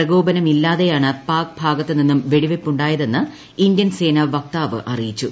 പ്രകോപനമില്ലാതെയാണ് പാക് ഭാഗത്തുനിന്നും വെടിവെയ്പുണ്ടായതെന്ന് ഇന്ത്യൻ സേനാ വക്താവ് അറിയിച്ചു